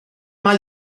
mae